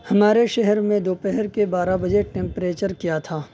ہمارے شہر میں دوپہر کے بارہ بجے ٹمپریچر کیا تھا